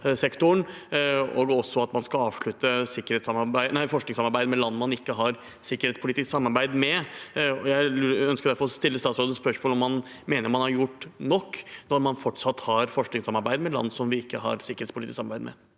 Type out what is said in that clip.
og at man skal avslutte forskningssamarbeid med land man ikke har et sikkerhetspolitisk samarbeid med. Jeg ønsker derfor å stille statsråden spørsmål om han mener man har gjort nok, når man fortsatt har forskningssamarbeid med land som vi ikke har et sikkerhetspolitisk samarbeid med.